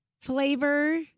flavor